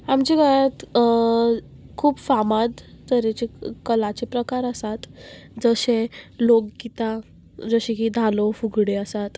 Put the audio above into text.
आमच्या घरांत खूब फामाद तरेचे कलाचे प्रकार आसात जो जशे लोकगितां जशें की धालो फुगड्यो आसात